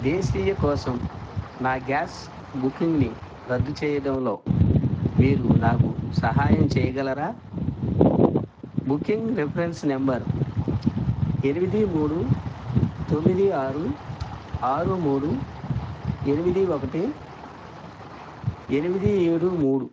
దేశీయ కోసం నా గ్యాస్ బుకింగ్ని రద్దు చేయడంలో మీరు నాకు సహాయం చేయగలరా బుకింగ్ రిఫరెన్స్ నెంబర్ ఎనిమిది మూడు తొమ్మిది ఆరు ఆరు మూడు ఎనిమిది ఒకటి ఎనిమిది ఏడు మూడు